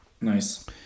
Nice